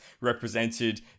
represented